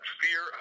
fear